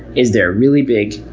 is their really big,